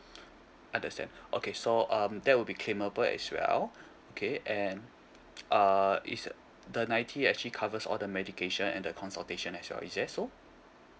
understand okay so um that will be claimable as well okay and uh is the ninety actually covers all the medication and the consultation as well is that so